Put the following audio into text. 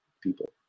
people